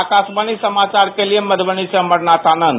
आकाशवाणी समाचार के लिए मधुबनी से अमरनाथ आनंद